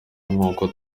nk’uko